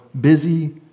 busy